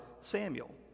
Samuel